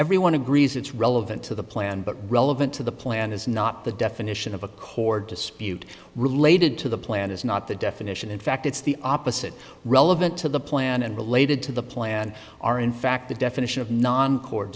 everyone agrees it's relevant to the plan but relevant to the plan is not the definition of a core dispute related to the plan is not the definition in fact it's the opposite relevant to the plan and related to the plan are in fact the definition of non c